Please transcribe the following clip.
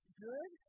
good